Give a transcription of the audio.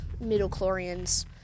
middle-chlorians